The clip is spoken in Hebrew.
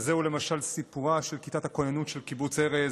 כזה הוא למשל סיפורה של כיתת הכוננות של קיבוץ ארז: